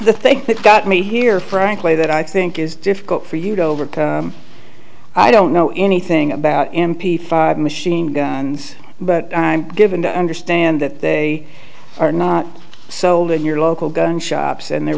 i think they've got me here frankly that i think is difficult for you to overcome i don't know anything about m p five machine guns but i'm given to understand that they are not so your local gun shops and they're